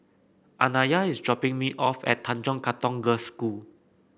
Anaya is dropping me off at Tanjong Katong Girls' School